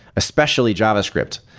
especially javascript,